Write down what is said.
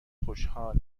خوشحال